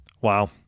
Wow